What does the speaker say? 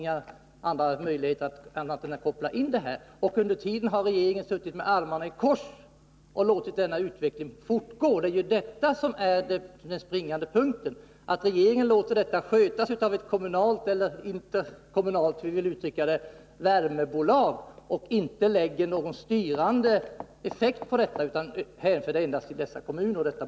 Under tiden har regeringen suttit med armarna i kors och låtit denna utveckling fortgå. Den springande punkten är alltså att regeringen låter detta skötas av ett kommunalt — eller interkommunalt, hur man nu vill uttrycka det — värmebolag och inte försöker styra utvecklingen.